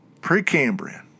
Precambrian